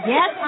Yes